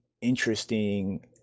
interesting